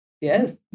yes